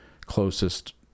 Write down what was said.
closest